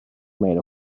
made